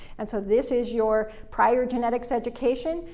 and so this is your prior genetics education,